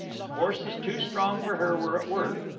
forces too strong for her were at work.